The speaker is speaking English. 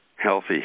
healthy